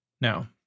Now